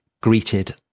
greeted